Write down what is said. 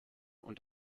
und